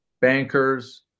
bankers